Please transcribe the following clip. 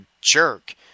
jerk